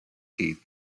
teeth